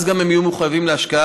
אז גם הם יהיו מחויבים להשקעה,